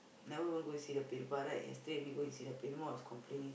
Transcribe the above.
never even go and see the right yesterday only he go and see the was complaining